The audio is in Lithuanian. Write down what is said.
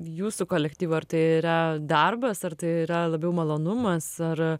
jūsų kolektyvo ar tai yra darbas ar tai yra labiau malonumas ar